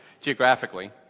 geographically